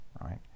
right